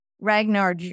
Ragnar